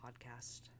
podcast